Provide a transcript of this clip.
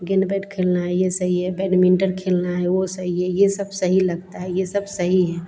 गेन्द बैट खेलना है यह सही है बैडमिन्टन खेलना है वह सही है यह सब सही लगता है यह सब सही हैं